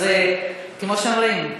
אז כמו שאומרים,